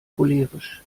cholerisch